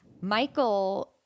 Michael